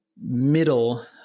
middle